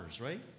right